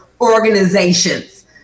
organizations